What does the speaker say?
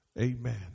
amen